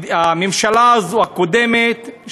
הממשלה הקודמת,